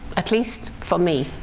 at least for me.